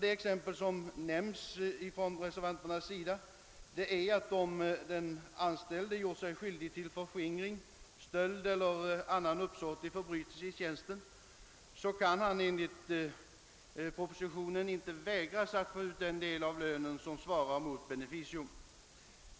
Det exempel som nämns från reservanternas sida är att om den anställde gjort sig skyldig till förskingring, stöld eller annan uppsåtlig förbrytelse i tjänsten kan det enligt propositionen inte vägras honom att få ut den del av lönen som svarar mot beneficium.